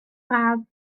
braf